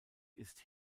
ist